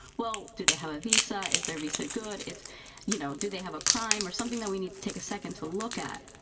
well, do they have a visa? is their visa good? you know do they have a crime or something that we need to take a second to look at?